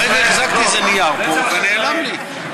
תקשיב,